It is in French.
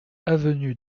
avenue